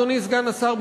אדוני סגן השר,